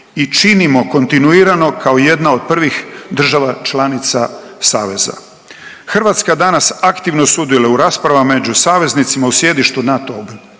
i činimo kontinuirano kao jedna od prvih država članica saveza. Hrvatska danas aktivno sudjeluje u raspravama među saveznicima u sjedištu NATO-a